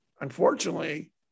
Unfortunately